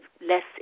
less